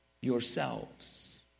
yourselves